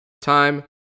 Time